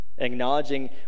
acknowledging